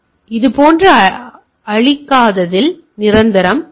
எனவே இது போன்றவற்றை அழிக்காததில் நிரந்தரம்